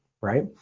right